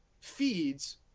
feeds